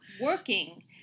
working